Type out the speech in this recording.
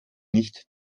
nicht